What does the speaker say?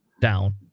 down